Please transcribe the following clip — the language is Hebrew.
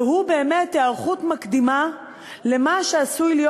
והוא באמת היערכות מקדימה למה שעשוי להיות